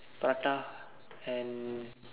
prata and